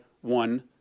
one